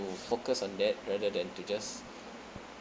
focus on that rather than to just